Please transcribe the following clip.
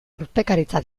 urpekaritza